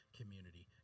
community